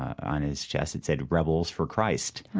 on his chest that said, rebels for christ.